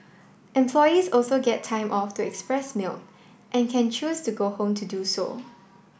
employees also get time off to express milk and can choose to go home to do so